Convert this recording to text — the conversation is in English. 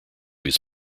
his